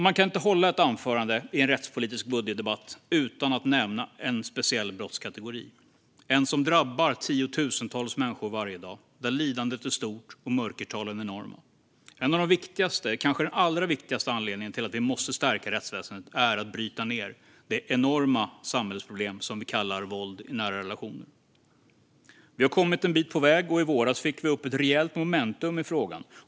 Man kan inte hålla ett anförande i en rättspolitisk budgetdebatt utan att nämna en speciell brottskategori - en som drabbar tiotusentals människor varje dag, där lidandet är stort och mörkertalen enorma. En av de viktigaste anledningarna, kanske den allra viktigaste, till att vi måste stärka rättsväsendet är att vi behöver bryta ned det enorma samhällsproblem som vi kallar våld i nära relationer. Vi har kommit en bit på väg, och i våras fick vi upp ett rejält momentum i frågan.